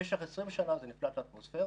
במשך 20 שנה זה נפלט לאטמוספירה,